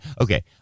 okay